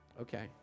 okay